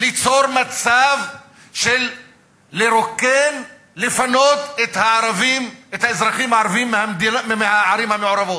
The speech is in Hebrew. ליצור מצב של פינוי האזרחים הערבים מהערים המעורבות,